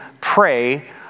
pray